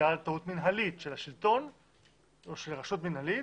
בגלל טעות מינהלית של השלטון או של רשות מינהלית